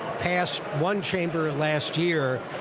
passed one chamber last year.